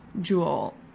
Jewel